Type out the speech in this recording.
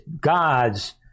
God's